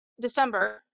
December